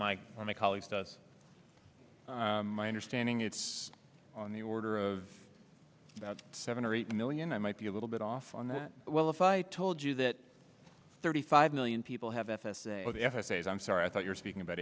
maybe my colleagues does my understanding it's on the order of about seven or eight million i might be a little bit off on that well if i told you that thirty five million people have f s a f s a i'm sorry i thought you're speaking about